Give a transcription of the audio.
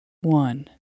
One